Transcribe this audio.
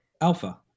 alpha